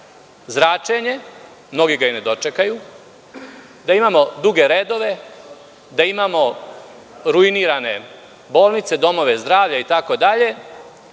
zračenje, mnogi ga i ne dočekaju, da imamo duge redove, da imamo ruinirane bolnice, domove zdravlja itd. Kažete